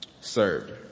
Served